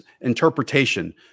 interpretation